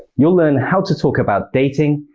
you'll learn how to talk about dating,